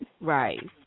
Right